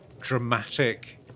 dramatic